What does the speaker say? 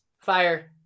fire